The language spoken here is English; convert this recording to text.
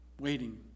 waiting